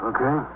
Okay